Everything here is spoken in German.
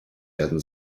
werden